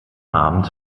abend